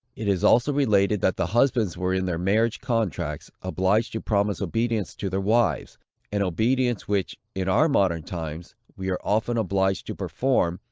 it is also related, that the husbands were in their marriage-contracts, obliged to promise obedience to their wives an obedience, which, in our modern times, we are often obliged to perform,